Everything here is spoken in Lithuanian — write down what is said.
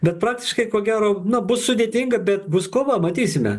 bet praktiškai ko gero na bus sudėtinga bet bus kova matysime